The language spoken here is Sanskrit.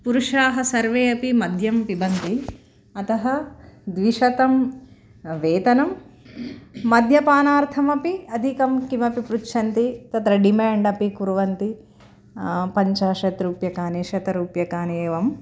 पुरुषाः सर्वे अपि मद्यं पिबन्ति अतः द्विशतं वेतनं मद्यपानार्थमपि अधिकं किमपि पृच्छन्ति तत्र डिम्याण्ड् अपि कुर्वन्ति पञ्चाशत् रूप्यकाणि शतरूप्यकाणि एव